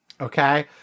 Okay